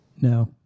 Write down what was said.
No